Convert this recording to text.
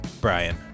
Brian